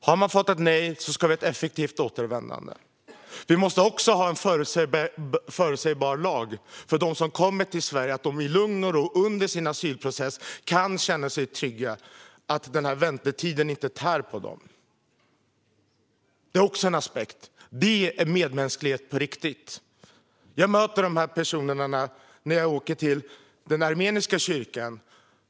Har man fått ett nej ska vi ha ett effektivt återvändande. Vi måste ha en förutsägbar lag så att de som kommer till Sverige kan ha lugn och ro och känna sig trygga under sin asylprocess och så att väntetiden inte ska tära på dem. Det är också en aspekt. Det är medmänsklighet på riktigt. Jag möter de här personerna när jag åker till den armeniska kyrkan.